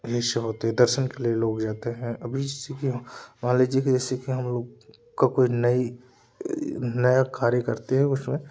यही सब होते है दर्सन के लिए लोग जाते हैं अभी जैसे कि मान लीजिए कि जैसे कि हम लोग का कोई नई नया कार्य करते हैं उसमें